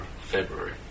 february